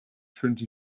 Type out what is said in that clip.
trinity